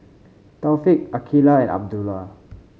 Taufik Aqilah and Abdullah